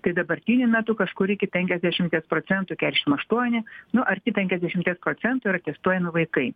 tai dabartiniu metu kažkur iki pekiasdešimties procentų keturiasdešim aštuoni nu arti penkiasdešimties procentų yra testuojami vaikai